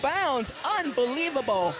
balance on believable